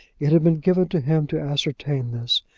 it had been given to him to ascertain this,